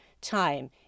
time